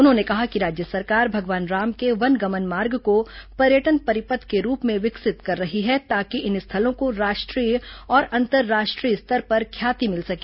उन्होंने कहा कि राज्य सरकार भगवान राम के वनगमन मार्ग को पर्यटन परिपथ के रूप में विकसित कर रही है ताकि इन स्थलों को राष्ट्रीय और अंतर्राष्ट्रीय स्तर पर ख्याति मिल सके